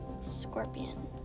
scorpion